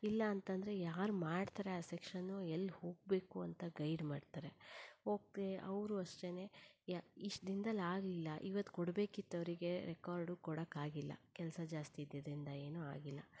ಇಲ್ಲ ಅಂತಂದರೆ ಯಾರು ಮಾಡ್ತಾರೆ ಆ ಸೆಕ್ಷನ್ನು ಎಲ್ಲಿ ಹೋಗಬೇಕು ಅಂತ ಗೈಡ್ ಮಾಡ್ತಾರೆ ಓಕೆ ಅವರು ಅಷ್ಟೇ ಯ ಇಷ್ಟು ದಿನ್ದಲ್ಲಿ ಆಗಲಿಲ್ಲ ಇವತ್ತು ಕೊಡಬೇಕಿತ್ತವ್ರಿಗೆ ರೆಕಾರ್ಡು ಕೊಡಕ್ಕಾಗಿಲ್ಲ ಕೆಲಸ ಜಾಸ್ತಿ ಇದ್ದಿದ್ದರಿಂದ ಏನು ಆಗಿಲ್ಲ